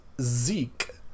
Zeke